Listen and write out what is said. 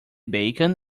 beacon